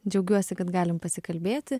džiaugiuosi kad galime pasikalbėti